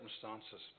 circumstances